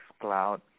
cloud